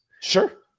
Sure